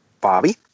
Bobby